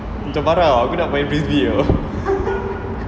macam marah [tau] aku nak main frisbee [tau]